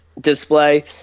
display